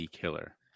killer